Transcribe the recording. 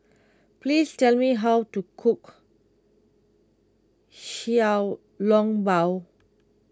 please tell me how to cook Xiao Long Bao